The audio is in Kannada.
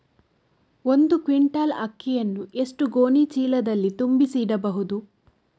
ಒಂದು ಕ್ವಿಂಟಾಲ್ ಅಕ್ಕಿಯನ್ನು ಎಷ್ಟು ಗೋಣಿಚೀಲದಲ್ಲಿ ತುಂಬಿಸಿ ಇಡಬಹುದು?